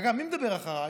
אגב, מי מדבר אחריי?